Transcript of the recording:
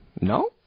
No